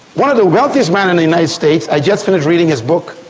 one of the wealthiest men in the united states, i just finished reading his book,